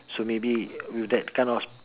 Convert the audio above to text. so maybe with that kind of